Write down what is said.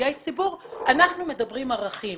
כמנהיגי ציבור, אנחנו מדברים ערכים.